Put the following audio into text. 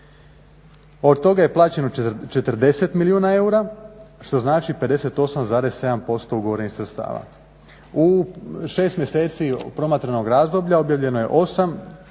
Od toga je plaćeno 40 milijuna eura što znači 58,7% ugovorenih sredstava. U 6 mjeseci promatranog razdoblja objavljeno je 8 natječaja